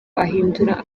ahindura